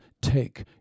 take